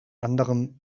anderem